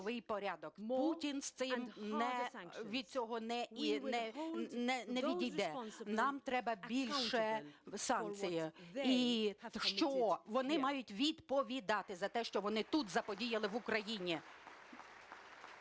Путін від цього не відійде. Нам треба більше санкцій і що вони мають відповідати за те, що вони тут заподіяли, в Україні.